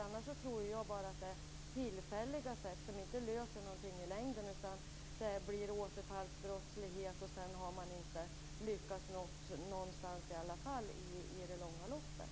Annars är det bara tillfälliga sätt, som inte löser några problem. Det blir återfallsbrottslighet, och sedan har man inte lyckats någonstans i alla fall i det långa loppet.